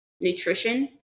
nutrition